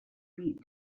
meat